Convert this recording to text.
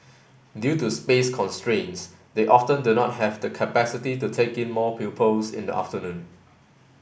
due to space constraints they often do not have the capacity to take in more pupils in the afternoon